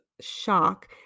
shock